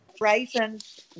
raisins